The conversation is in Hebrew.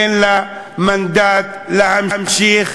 אין לה מנדט להמשיך,